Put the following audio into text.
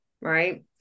right